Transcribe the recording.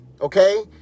okay